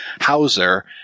Hauser